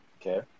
Okay